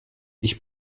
ich